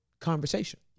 conversation